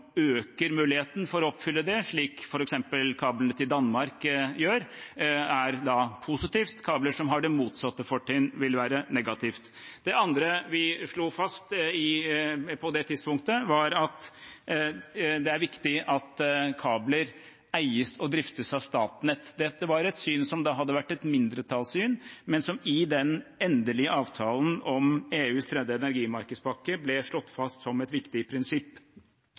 øker muligheten for å oppfylle det, slik f.eks. kablene til Danmark gjør, er da positivt. Kabler som har det motsatte fortrinn, vil være negativt. Det andre vi slo fast på det tidspunktet, var at det er viktig at kabler eies og driftes av Statnett. Dette var et syn som hadde vært et mindretallssyn, men som i den endelige avtalen om EUs tredje energimarkedspakke ble slått fast som et viktig prinsipp.